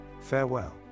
farewell